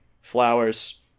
Flowers